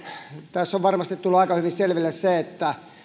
tässä on varmasti tullut aika hyvin selville se että